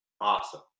Awesome